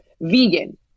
vegan